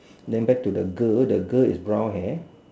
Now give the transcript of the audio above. then back to the girl the girl is brown hair